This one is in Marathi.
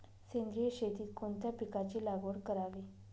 सेंद्रिय शेतीत कोणत्या पिकाची लागवड करावी?